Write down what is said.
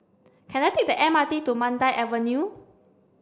can I take the M R T to Mandai Avenue